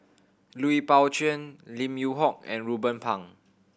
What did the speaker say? Lui Pao Chuen Lim Yew Hock and Ruben Pang